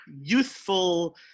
youthful